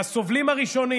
והסובלים הראשונים,